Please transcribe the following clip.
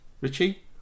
richie